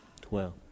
Twelve